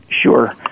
Sure